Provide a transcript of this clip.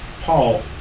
Paul